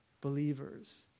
believers